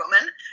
Woman